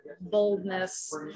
boldness